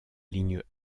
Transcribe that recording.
ligne